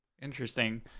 Interesting